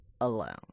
alone